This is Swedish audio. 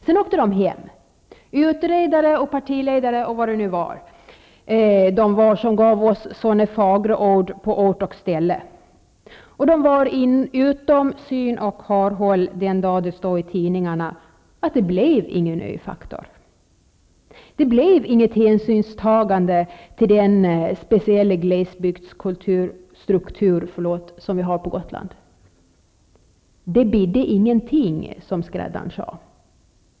Sedan åkte de hem, utredare och partiledare och vad de nu var som gav oss sådana fagra ord på ort och ställe. De var utom syn och hörhåll den dag det stod i tidningarna att det inte blev någon ö-faktor. Det blev inget hänsynstagande till den speciella glesbygdsstruktur som vi har på Gotland. Det bidde ingenting, som skräddaren sade.